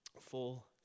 full